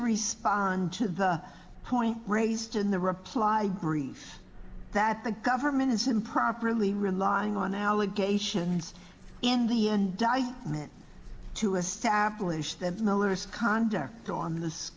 respond to the point raised in the reply brief that the government is improperly relying on allegations in the indictment to establish that miller's conduct go on th